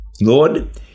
Lord